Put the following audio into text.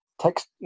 text